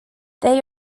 they